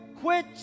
quit